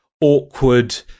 awkward